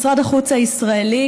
משרד החוץ הישראלי,